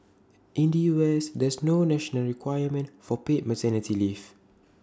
in the us there's no national requirement for paid maternity leave